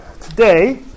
Today